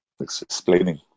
explaining